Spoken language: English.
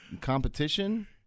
competition